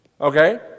okay